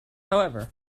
however